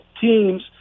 teams